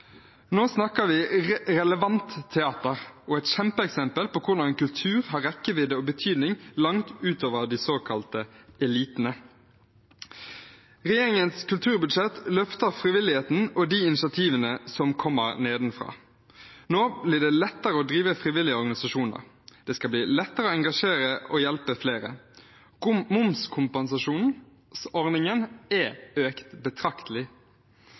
Nå snakker vi om relevant teater og et kjempeeksempel på hvordan kultur har rekkevidde og betydning langt utover de såkalte elitene. Regjeringens kulturbudsjett løfter frivilligheten og de initiativene som kommer nedenfra. Nå blir det lettere å drive frivillige organisasjoner, det skal bli lettere å engasjere og hjelpe flere. Momskompensasjonsordningen er økt betraktelig,